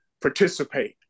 participate